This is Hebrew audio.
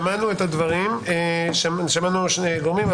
שמענו שני גורמים.